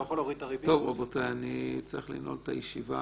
רבותי, אני צריך לנעול את הישיבה.